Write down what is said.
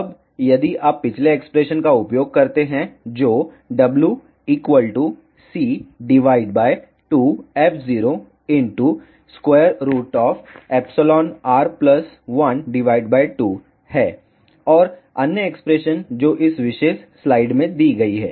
अब यदि आप पिछले एक्सप्रेशन का उपयोग करते हैं जो W c2f0r12 है और अन्य एक्सप्रेशन जो इस विशेष स्लाइड में दी गई है